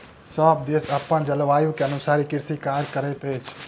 सभ देश अपन जलवायु के अनुसारे कृषि कार्य करैत अछि